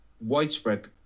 widespread